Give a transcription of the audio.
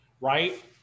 right